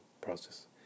process